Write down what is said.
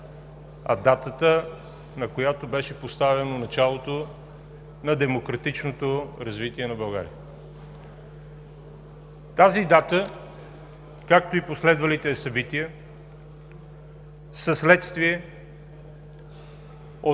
а датата, на която беше поставено началото на демократичното развитие на България. Тази дата, както и последвалите събития, са следствие